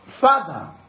Father